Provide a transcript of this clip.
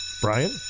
Brian